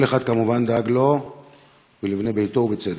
כל אחד כמובן דאג לו ולבני ביתו, ובצדק.